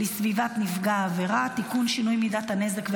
אושרה בקריאה טרומית ותעבור לדיון בוועדת החינוך,